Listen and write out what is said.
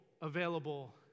available